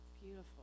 Beautiful